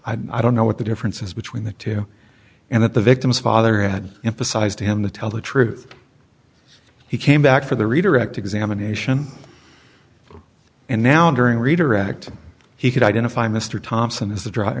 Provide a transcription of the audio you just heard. i don't know what the differences between the two and that the victim's father had emphasized to him to tell the truth he came back for the redirect examination and now during redirect he could identify mr thompson is